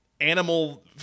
animal